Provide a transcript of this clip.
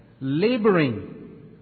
laboring